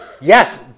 yes